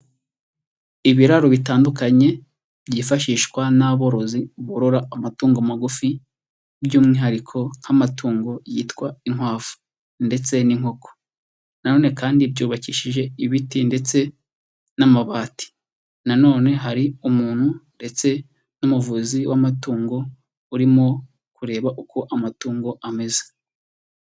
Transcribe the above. Ibiraro bitandukanye byifashishwa n'aborozi borora amatungo magufi by'umwihariko nk'amatungo yitwa inkwavu ndetse n'inkoko, nanone kandi byubakishije ibiti ndetse n'amabati, nanone hari umuntu ndetse n'umuvuzi w'amatungo urimo kureba uko amatungo ameze.